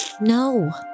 No